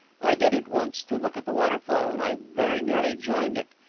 i did it once, to look at the waterfall, and i very nearly joined it.